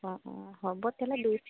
অঁ অঁ হ'ব তেতিয়াহ'লে দুই